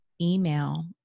email